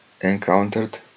encountered